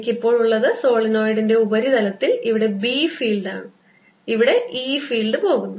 എനിക്ക് ഇപ്പോൾ ഉള്ളത് സോളിനോയിഡിൻറെ ഉപരിതലത്തിൽ ഇവിടെ B ഫീൽഡാണ് ഇവിടെ E ഫീൽഡ് പോകുന്നു